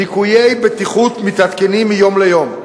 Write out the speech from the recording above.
ליקויי בטיחות מתעדכנים מיום ליום.